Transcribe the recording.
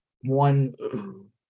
one